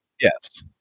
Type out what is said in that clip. Yes